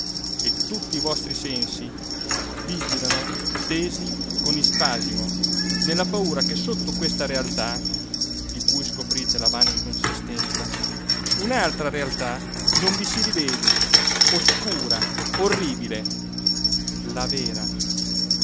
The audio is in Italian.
e tutti i vostri sensi vigilano tesi con ispasimo nella paura che sotto a questa realtà di cui scoprite la vana inconsistenza un'altra realtà non vi si riveli oscura orribile la vera